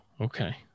Okay